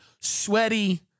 Sweaty